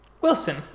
Wilson